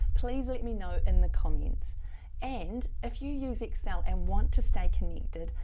please let me know in the comments and if you use excel and want to stay connected,